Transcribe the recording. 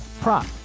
prop